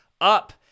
up